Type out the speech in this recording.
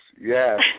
yes